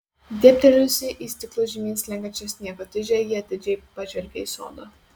dėbtelėjusi į stiklu žemyn slenkančią sniego tižę ji atidžiai pažvelgė į sodą